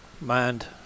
mind